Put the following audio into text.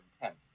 intent